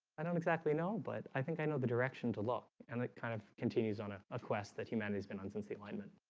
i don't exactly know but i think i know the direction to law and that kind of continues on a ah quest that humanity's been on since the alignment